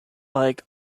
like